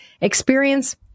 experience